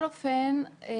(מציגה מצגת)